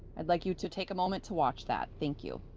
i'd like you to take a moment to watch that. thank you.